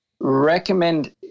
recommend